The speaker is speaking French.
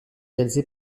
réalisé